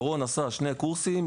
דורון עשה שני קורסים,